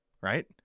right